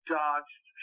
dodged